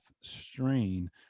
strain